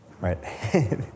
Right